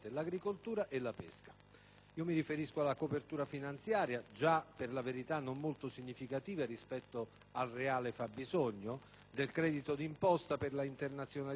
Mi riferisco alla copertura finanziaria - già non molto significativa rispetto al reale fabbisogno - del credito d'imposta per l'internazionalizzazione delle imprese agricole,